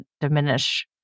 diminish